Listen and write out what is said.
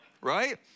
right